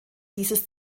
dieses